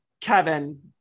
Kevin